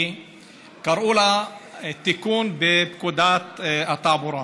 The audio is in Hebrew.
קראו לה תיקון לפקודת התעבורה.